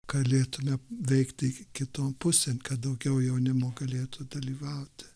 galėtumė veikti iki kito pusėn kad daugiau jaunimo galėtų dalyvauti